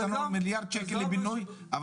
נתנו להם מיליארד שקל לבינוי,